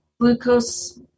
glucose